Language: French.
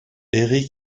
éric